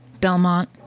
Belmont